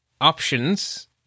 options